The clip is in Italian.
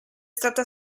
stata